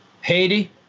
Haiti